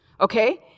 okay